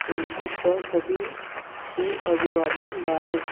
Facebook पर सभी को अभिवादन डालें